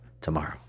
tomorrow